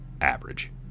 average